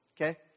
okay